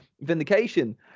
Vindication